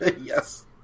Yes